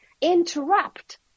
interrupt